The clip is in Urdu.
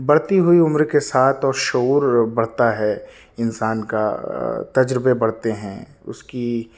بڑھتی ہوئی عمر کے ساتھ اور شعور بڑھتا ہے انسان کا تجربے بڑھتے ہیں اس کی